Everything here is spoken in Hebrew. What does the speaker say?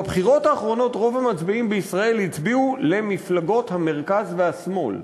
בבחירות האחרונות רוב המצביעים בישראל הצביעו למפלגות המרכז והשמאל,